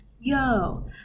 yo